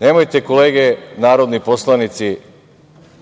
nemojte kolege narodni poslanici